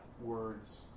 Words